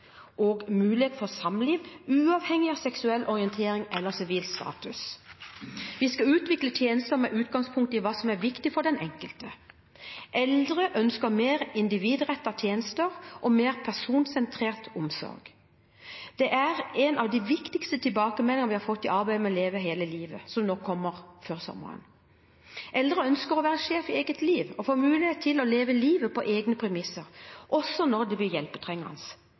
og mulighet for samliv uavhengig av seksuell orientering eller sivil status. Vi skal utvikle tjenester med utgangspunkt i hva som er viktig for den enkelte. Eldre ønsker mer individrettede tjenester og mer personsentrert omsorg. Det er en av de viktigste tilbakemeldingene vi har fått i arbeidet med Leve hele livet, som kommer før sommeren. Eldre ønsker å være sjef i eget liv og få mulighet til å leve livet på egne premisser, også når de blir hjelpetrengende.